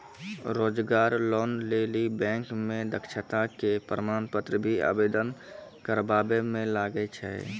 रोजगार लोन लेली बैंक मे दक्षता के प्रमाण पत्र भी आवेदन करबाबै मे लागै छै?